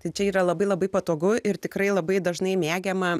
tai čia yra labai labai patogu ir tikrai labai dažnai mėgiama